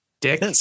dick